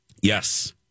Yes